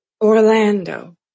Orlando